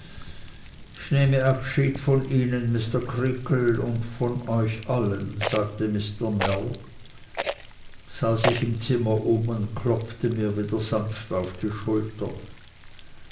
ich nehme abschied von ihnen mr creakle und von euch allen sagte mr mell sah sich im zimmer um und klopfte mir wieder sanft auf die schulter